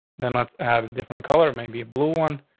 then let's have a different color. maybe a blue one.